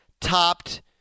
Topped